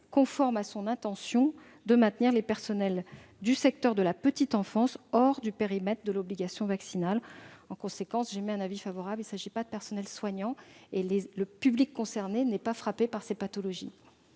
conforme à son intention de maintenir les personnels du secteur de la petite enfance hors du périmètre de l'obligation vaccinale, dans la mesure où il ne s'agit pas de personnels soignants. En outre, le public concerné n'est pas frappé par cette pathologie.